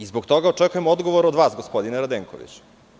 Zbog toga očekujem odgovor od vas, gospodine Radenkoviću.